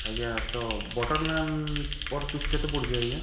ଆଜ୍ଞା ତ butter naan per piece କେତେ ପଡ଼ୁଛେ ଆଜ୍ଞା